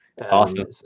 Awesome